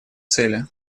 цели